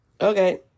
Okay